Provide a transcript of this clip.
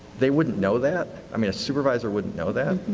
they wouldn't know that? i mean, a supervisor wouldn't know that?